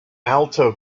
alto